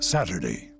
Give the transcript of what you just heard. Saturday